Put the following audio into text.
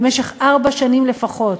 במשך ארבע שנים לפחות.